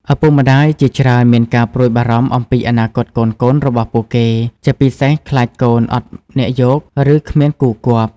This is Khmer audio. ឪពុកម្តាយជាច្រើនមានការព្រួយបារម្ភអំពីអនាគតកូនៗរបស់ពួកគេ ជាពិសេសខ្លាចកូន អត់អ្នកយក ឬ គ្មានគូគាប់ ។